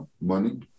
money